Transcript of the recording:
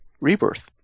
Rebirth